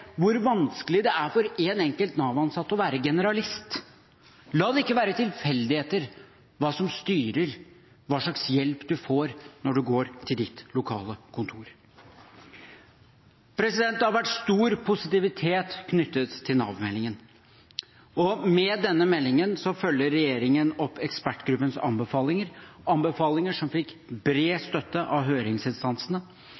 hvor vanskelig det er for en enkelt Nav-ansatt å være generalist. La det ikke være tilfeldigheter som styrer hva slags hjelp en kan få når en går til sitt lokale kontor. Det har vært stor positivitet knyttet til Nav-meldingen. Med denne meldingen følger regjeringen opp ekspertgruppens anbefalinger, anbefalinger som fikk